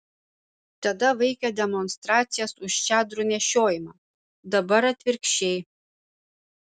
tada vaikė demonstracijas už čadrų nešiojimą dabar atvirkščiai